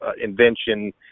invention